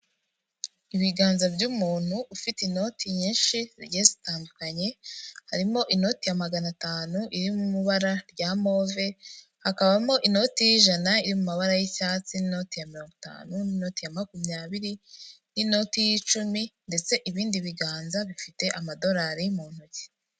Ibiganza by'umuntu ufite inoti nyinshi zigiye zitandukanye, harimo inoti ya magana atanu iri mu bara rya move, hakabamo inoti y'ijana iri mu mabara y'icyatsi, n'inoti ya mirongo itanu, n'inoti ya makumyabiri, n'inoti y'icumi ndetse ibindi biganza bifite amadolari mu ntoki.